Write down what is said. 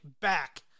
back